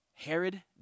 Herod